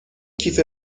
کیف